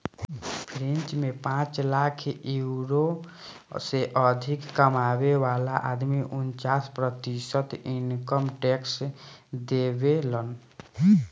French में पांच lakh euro से अधिक कमाए वाला आदमी उनन्चास प्रतिशत इनकम टैक्स देबेलन